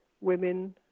women